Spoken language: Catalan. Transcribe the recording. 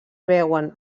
veuen